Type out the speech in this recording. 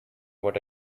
what